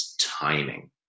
timing